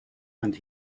and